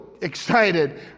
excited